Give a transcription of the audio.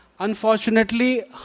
Unfortunately